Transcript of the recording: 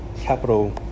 capital